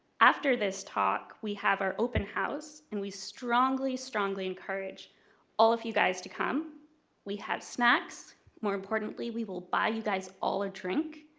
after this talk we have our open house and we strongly, strongly encourage all of you guys to come we have snacks more importantly we will buy you guys all a drink,